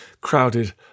crowded